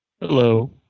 Hello